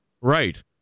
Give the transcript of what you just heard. Right